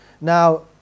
Now